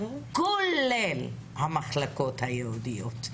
כולל המחלקות הייעודיות.